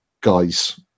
guys